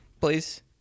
please